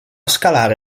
scalare